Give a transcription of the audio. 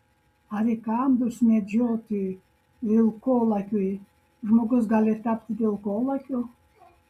ar įkandus medžiotojui vilkolakiui žmogus gali tapti vilkolakiu